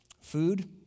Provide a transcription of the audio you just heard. Food